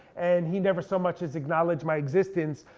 and he never so much as acknowledged my existence,